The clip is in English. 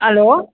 hello